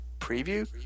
preview